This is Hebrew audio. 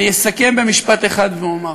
אני אסכם במשפט אחד ואומר: